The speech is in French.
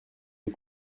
les